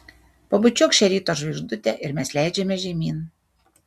pabučiuok šią ryto žvaigždutę ir mes leidžiamės žemyn